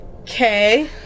Okay